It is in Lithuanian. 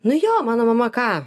nu jo mano mama ką